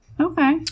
Okay